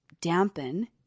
dampen